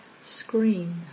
screen